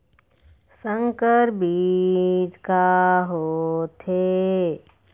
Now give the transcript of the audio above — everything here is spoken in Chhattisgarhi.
संकर बीज का होथे?